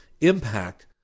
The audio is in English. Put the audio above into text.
impact